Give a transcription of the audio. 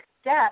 step